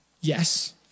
yes